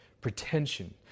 pretension